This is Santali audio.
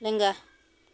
ᱞᱮᱸᱜᱟ